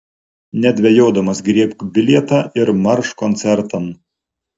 nedvejodamas griebk bilietą ir marš koncertan